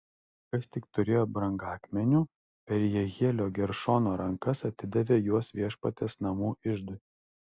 kas tik turėjo brangakmenių per jehielio geršono rankas atidavė juos viešpaties namų iždui